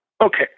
Okay